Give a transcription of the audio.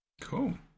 cool